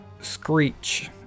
screech